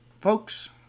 folks